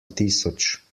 tisoč